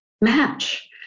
match